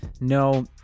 No